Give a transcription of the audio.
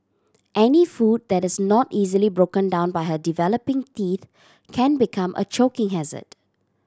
any food that is not easily broken down by her developing teeth can become a choking hazard